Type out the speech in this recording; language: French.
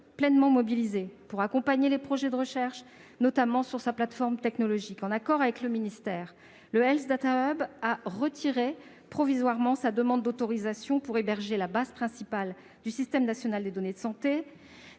pleinement mobilisées pour accompagner les projets de recherche, notamment sur sa plateforme technologique. En accord avec le ministère, le Health Data Hub a retiré provisoirement sa demande d'autorisation pour héberger la base principale du système national des données de santé.